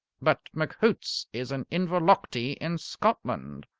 but mchoots is in inverlochty, in scotland.